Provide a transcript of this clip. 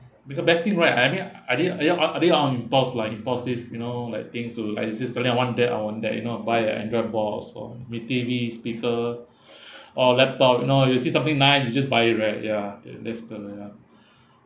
because best thing right I mean I did I did on I did it on impulse lah impulsive you know like things to like is this suddenly I want that I want that you know I buy the android balls or B_T_V speaker or laptop you know you see something nice you just buy it right ya i~ that does it ya